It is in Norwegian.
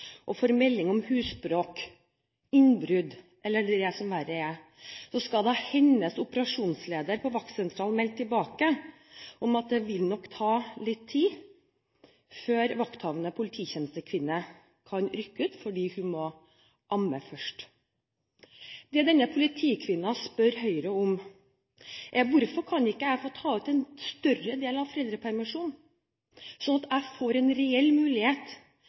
og får melding om husbråk, innbrudd, eller det som verre er, skal da hennes operasjonsleder på vaktsentralen melde tilbake at det nok vil ta litt tid før vakthavende polititjenestekvinne kan rykke ut, fordi hun må amme først? Det denne politikvinnen spør Høyre om, er hvorfor hun ikke kan ta ut en større del av foreldrepermisjonen sånn at hun får en reell mulighet